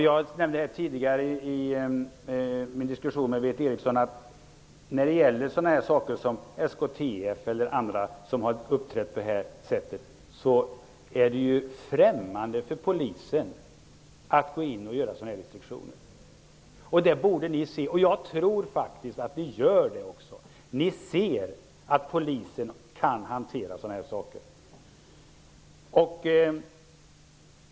Jag nämnde tidigare i min diskussion med Berith Eriksson att när det gäller t.ex. SKTF, som har uppträtt på det här sättet, är det främmande för polisen att ta till sådana restriktioner. Det borde ni inse. Jag tror faktiskt att ni gör det också. Ni ser att polisen kan hantera dessa saker.